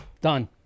Done